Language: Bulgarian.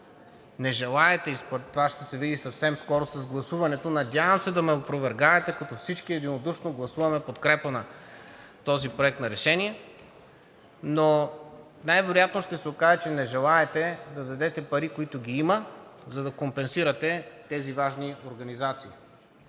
не желаете, и това ще се види съвсем скоро с гласуването. Надявам се да ме опровергаете, като всички единодушно гласуваме в подкрепа на този проект на решение. Но най-вероятно ще се окаже, че не желаете да дадете пари, които ги има, за да компенсирате тези важни организации.